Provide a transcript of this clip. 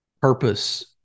purpose